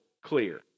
clear